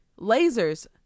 Lasers